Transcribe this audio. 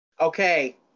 okay